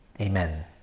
Amen